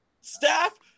staff